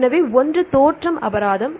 எனவே ஒன்று தோற்றம் அபராதம்